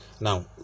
now